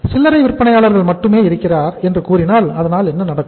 சில்லறை விற்பனையாளர் மட்டுமே இருக்கிறார் என்று கூறினால் அதனால் என்ன நடக்கும்